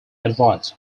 advised